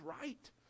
right